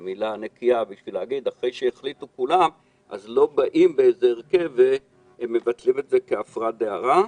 זו מילה נקייה להגיד שלא יגיע איזה הרכב ויבטל את זה כעפרא דארעא.